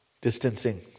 distancing